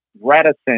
reticent